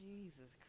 Jesus